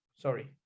sorry